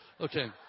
Okay